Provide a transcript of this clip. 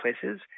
places